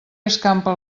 escampa